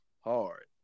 hard